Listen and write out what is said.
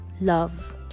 love